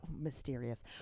mysterious